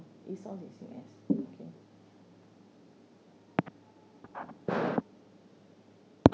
it's all they say uh okay